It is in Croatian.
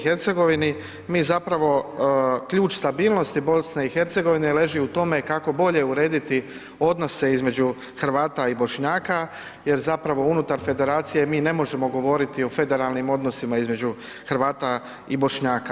Mi zapravo ključ stabilnosti BiH leži u tome kako bolje urediti odnose između Hrvata i Bošnjaka jer zapravo unutar federacije mi ne možemo govoriti o federalnim odnosima između Hrvata i Bošnjaka.